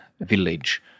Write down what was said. village